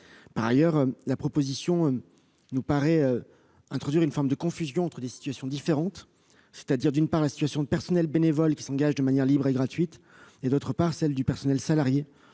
Par ailleurs, la proposition nous paraît introduire une forme de confusion entre des situations différentes : d'un côté, la situation du personnel bénévole, qui s'engage de manière libre et gratuite, de l'autre, celle du personnel salarié,